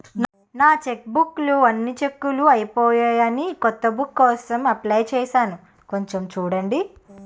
నా చెక్బుక్ లో అన్ని చెక్కులూ అయిపోయాయని కొత్త బుక్ కోసం అప్లై చేసాను కొంచెం చూడండి